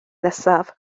nesaf